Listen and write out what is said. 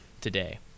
today